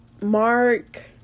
Mark